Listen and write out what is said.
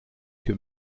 que